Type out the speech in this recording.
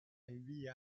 invia